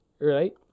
right